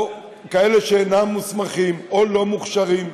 או כאלה שאינם מוסמכים או לא מוכשרים,